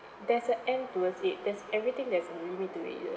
there's a end towards it there's everything there's a limit to it